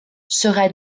sera